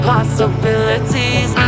Possibilities